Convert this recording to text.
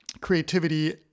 creativity